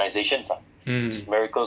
mm